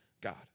God